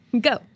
Go